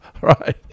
right